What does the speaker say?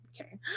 Okay